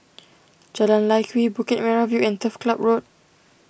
Jalan Lye Kwee Bukit Merah View and Turf Club Road